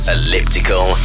Elliptical